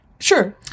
Sure